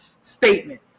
statement